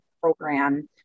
program